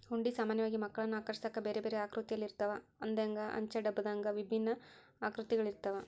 ಹುಂಡಿ ಸಾಮಾನ್ಯವಾಗಿ ಮಕ್ಕಳನ್ನು ಆಕರ್ಷಿಸಾಕ ಬೇರೆಬೇರೆ ಆಕೃತಿಯಲ್ಲಿರುತ್ತವ, ಹಂದೆಂಗ, ಅಂಚೆ ಡಬ್ಬದಂಗೆ ವಿಭಿನ್ನ ಆಕೃತಿಗಳಿರ್ತವ